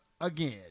again